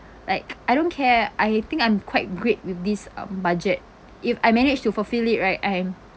like I don't care I think I'm quite great with this um budget if I manage to fulfill it right I'm